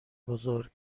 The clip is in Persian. بزرگ